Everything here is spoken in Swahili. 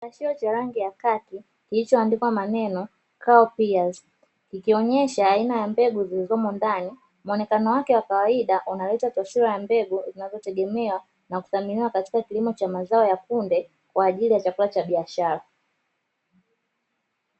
Kifungashio cha rangi ya kaki kilichoandikwa maneno "COW PEAS' kikionyesha aina ya mbegu zilizomo ndani, muonekano wake wa kawaida unaleta taswira ya mbegu zinazotegemewa na kuthaminiwa katika kilimo cha mazao ya kunde kwa ajili ya chakula cha biashara.